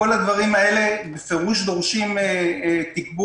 כל הדברים האלה בפירוש דורשים תגבור.